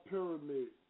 Pyramid